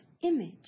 image